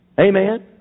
Amen